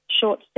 short